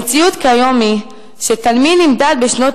המציאות כיום היא שתלמיד נמדד בשנות